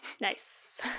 nice